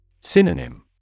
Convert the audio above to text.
Synonym